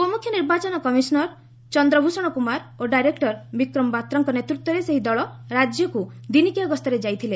ଉପମୁଖ୍ୟ ନିର୍ବାଚନ କମିଶନର୍ ଚନ୍ଦ୍ରଭ୍ଷଣ କୁମାର ଓ ଡାଇରେକ୍ଟର ବିକ୍ରମ ବାତ୍ରାଙ୍କ ନେତୃତ୍ୱରେ ସେହି ଦଳ ରାଜ୍ୟକୁ ଦିନିକିଆ ଗସ୍ତରେ ଯାଇଥିଲେ